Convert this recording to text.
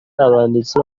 abanditsi